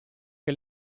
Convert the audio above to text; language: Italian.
che